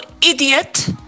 idiot